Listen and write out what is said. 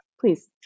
please